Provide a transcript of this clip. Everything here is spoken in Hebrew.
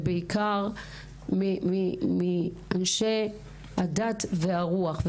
ובעיקר מאנשי הדת והרוח.